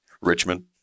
Richmond